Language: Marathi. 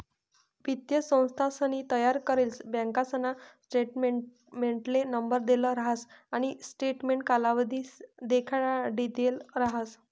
वित्तीय संस्थानसनी तयार करेल बँकासना स्टेटमेंटले नंबर देल राहस आणि स्टेटमेंट कालावधी देखाडिदेल राहस